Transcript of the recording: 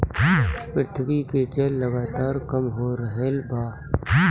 पृथ्वी के जल लगातार कम हो रहल बा